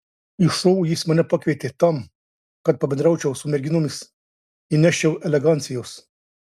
į šou jis mane pakvietė tam kad pabendraučiau su merginomis įneščiau elegancijos